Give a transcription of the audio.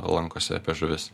lankosi apie žuvis